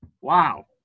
Wow